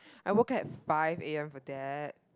I woke at five A_M for that